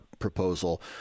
proposal